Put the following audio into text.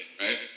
right